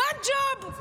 One job .